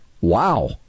Wow